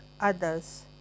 others